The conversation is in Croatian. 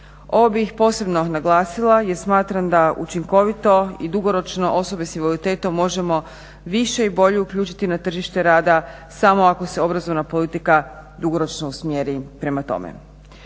Ovo bi posebno naglasila jer smatram da učinkovito i dugoročno osobe s invaliditetom možemo više i bolje uključiti na tržište rada samo se ako se obrazovna politika dugoročno usmjeri prema tome.